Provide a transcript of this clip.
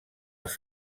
els